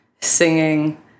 singing